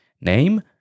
name